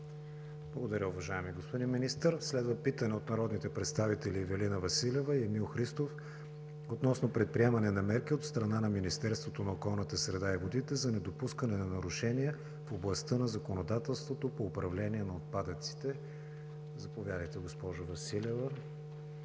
Благодаря, уважаеми господин Министър. Следва питане от народните представители Ивелина Василева и Емил Христов относно предприемане на мерки от страна на Министерството на околната среда и водите за недопускане на нарушения в областта на законодателството по управление на отпадъците. Заповядайте, госпожо Василева